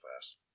fast